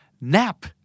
Nap